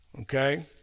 okay